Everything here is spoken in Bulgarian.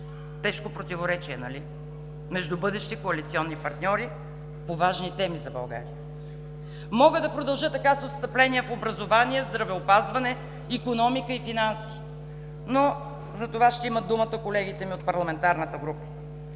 Тежко противоречие, нали, между бъдещи коалиционни партньори по важни теми за България? (Шум и реплики от ГЕРБ.) Мога да продължа така с отстъпления в образование, здравеопазване, икономика и финанси, но за това ще имат думата колегите ми от парламентарната група.